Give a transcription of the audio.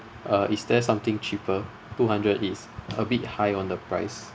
uh is there something cheaper two hundred is a bit high on the price